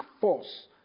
force